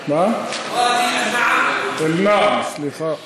אלנעם, סליחה.